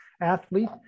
athlete